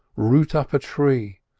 root up a tree,